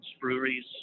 breweries